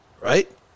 right